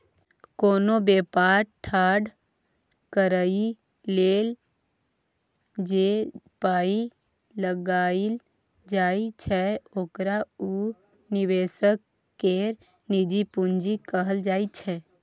कोनो बेपार ठाढ़ करइ लेल जे पाइ लगाइल जाइ छै ओकरा उ निवेशक केर निजी पूंजी कहल जाइ छै